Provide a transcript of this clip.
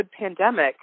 pandemic